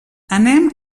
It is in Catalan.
anem